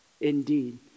indeed